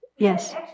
Yes